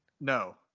No